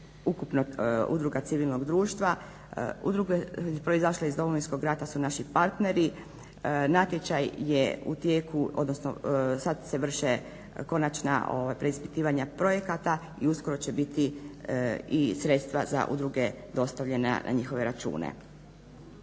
ukupnog udruga civilnog društva udruge proizašle iz Domovinskog rata su naši partneri. Natječaj je u tijeku odnosno sada se vrše konačna preispitivanja projekata i uskoro će biti i sredstva za udruge dostavljena na njihove račune.